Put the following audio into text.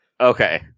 Okay